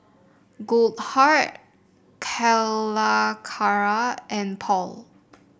Goldheart Calacara and Paul